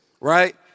right